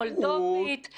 מולדובית,